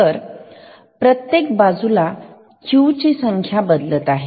तर प्रत्येक बाजूला Q ची संख्या बदलत आहे